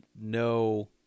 no